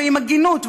ועם הגינות,